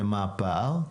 ומה הפער?